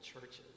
churches